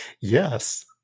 yes